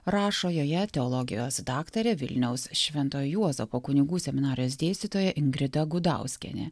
rašo joje teologijos daktarė vilniaus švento juozapo kunigų seminarijos dėstytoja ingrida gudauskienė